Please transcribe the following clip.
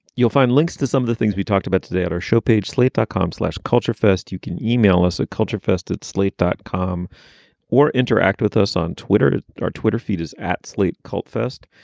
you'll find links to some of the things we talked about today at our show page slate dot com slash culture first. you can email us at culture fest at slate dot com or interact with us on twitter. at our twitter feed is at slate cult fest.